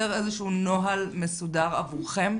נוהל מסודר עבורכם?